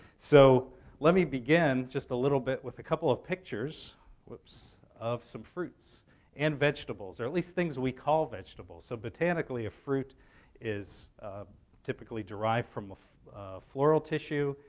so let me begin just a little bit with a couple of pictures so of some fruits and vegetables or at least things we call vegetables. so botanically, a fruit is typically derived from a floral tissue,